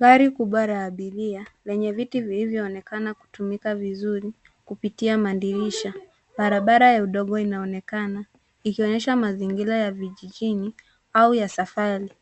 Gari kubwa la abiria lenye viti vilivyoonekana kutumika vizuri kupitia madirisha. Barabara ya udongo inaonekana ikionyesha mazingira ya vijijini au ya safari.